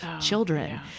children